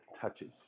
touches